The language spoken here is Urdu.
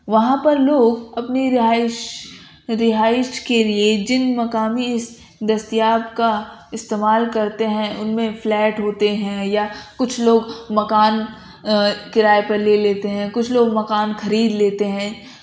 وہاں لوگ اپنی رہائش رہائش کے لیے جن مقامی دستیاب کا استعمال کرتے ہیں ان میں فلیٹ ہوتے ہیں یا کچھ لوگ مکان کرایے پر لے لیتے ہیں کچھ لوگ مکان خرید لیتے ہیں